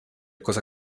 cosa